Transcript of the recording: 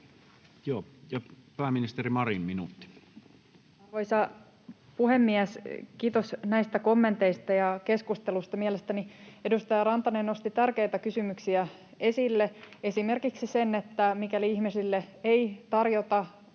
Time: 13:05 Content: Arvoisa puhemies! Kiitos näistä kommenteista ja keskustelusta. Mielestäni edustaja Rantanen nosti tärkeitä kysymyksiä esille, esimerkiksi sen, että mikäli ihmisille ei tarjota